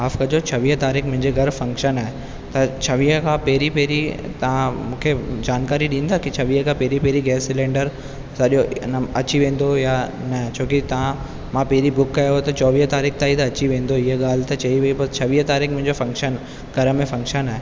माफ़ कजो छवीह तारीख़ मुहिंजे घरु फंक्शन आहे त छवीह खां पहिरीं पहिरीं तव्हां मूंखे जानकारी ॾींदो की छवीह खां पहिरीं पहिरीं गैस सिलेंडर असांजो अची वेंदो या न छोकी तव्हां मां पहिरीं बुक कयो हुओ त चोवीह तारीख़ ताईं त अची वेंदो इहा ॻाल्हि त चई हुई त छवीह तारीख़ मुंहिंजो फंक्शन आहे घर में फंक्शन आहे